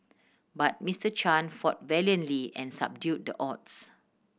but Mister Chan fought valiantly and subdued the odds